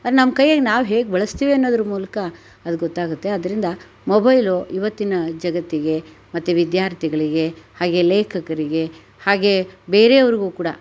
ಅದು ನಮ್ಮ ಕೈಯಲ್ಲಿ ನಾವು ಹೇಗೆ ಬಳಸ್ತೀವಿ ಅನ್ನೋದ್ರ ಮೂಲಕ ಅದು ಗೊತ್ತಾಗುತ್ತೆ ಅದರಿಂದ ಮೊಬೈಲು ಇವತ್ತಿನ ಜಗತ್ತಿಗೆ ಮತ್ತು ವಿದ್ಯಾರ್ಥಿಗಳಿಗೆ ಹಾಗೇ ಲೇಖಕರಿಗೆ ಹಾಗೇ ಬೇರೆಯವರಿಗೂ ಕೂಡ